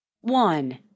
one